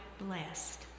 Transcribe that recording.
blessed